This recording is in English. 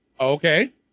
okay